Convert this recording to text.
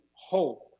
hope